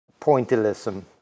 pointillism